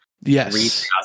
yes